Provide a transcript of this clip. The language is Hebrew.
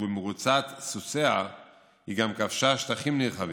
ובמרוצת סוסיה היא גם כבשה שטחים נרחבים,